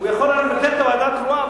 הוא יכול לבטל את הוועדה הקרואה,